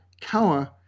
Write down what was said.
cower